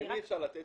למי אפשר לתת?